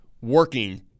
working